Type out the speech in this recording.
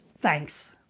Thanks